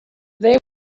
they